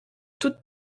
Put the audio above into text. toutes